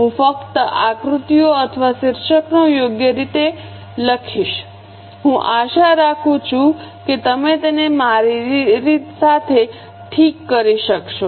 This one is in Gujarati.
હું ફક્ત આકૃતિઓ અથવા શીર્ષકને યોગ્ય રીતે લખીશ હું આશા રાખું છું કે તમે તેને મારી સાથે ઠીક કરી શકશો